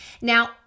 Now